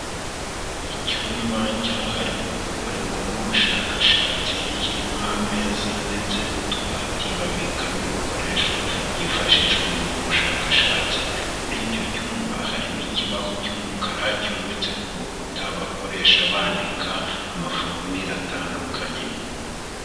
Icyumba cyahariwe gukorerwamo ubushakashatsi kirimo ameza ndetse n'utubati babikamo ibikoresho byifashishwa mu bushakashatsi, muri icyo cyumba hari n'ikibaho cy'umukara cyometse ku rukuta bakoresha bandika amaforomire atandukanye.